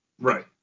Right